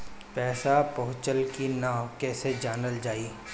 पैसा पहुचल की न कैसे जानल जाइ?